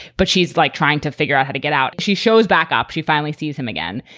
but she's, like, trying to figure out how to get out. she shows back up. she finally sees him again.